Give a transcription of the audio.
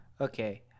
Okay